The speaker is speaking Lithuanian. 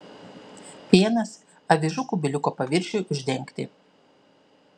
pienas avižų kubiliuko paviršiui uždengti